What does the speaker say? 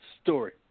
story